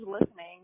listening